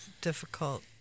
difficult